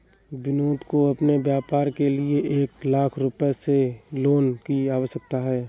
विनोद को अपने व्यापार के लिए एक लाख रूपए के लोन की आवश्यकता है